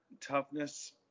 toughness